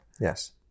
yes